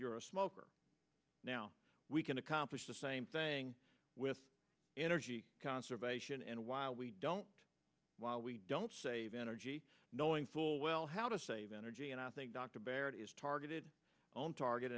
you're a smoker now we can accomplish the same thing with energy conservation and while we don't while we don't save energy knowing full well how to save energy and i think dr barrett is targeted on target